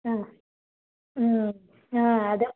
అదే